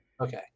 Okay